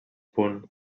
punt